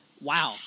wow